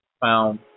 found